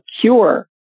cure